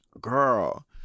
girl